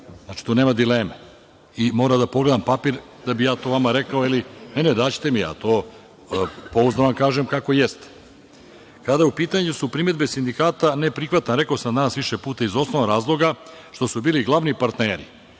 srpski, tu nema dileme. Moram da pogledam papir da bih ja to vama rekao. Pouzdano vam kažem kako jeste. Kada su u pitanju primedbe sindikata, ne prihvatam, rekao sam danas više puta, iz osnovnog razloga što su bili glavni partneri.